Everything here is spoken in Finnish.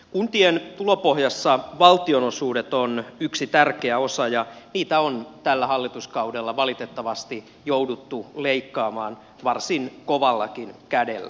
kuntien tulopohjassa valtionosuudet ovat yksi tärkeä osa ja niitä on tällä hallituskaudella valitettavasti jouduttu leikkaamaan varsin kovallakin kädellä